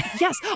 Yes